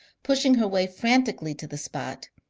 pushing her way frantically to the spot,